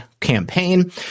campaign